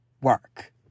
work